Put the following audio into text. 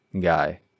guy